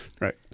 Right